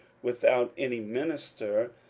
without any minister,